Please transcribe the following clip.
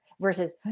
versus